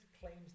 claims